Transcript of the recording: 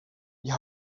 you